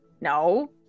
no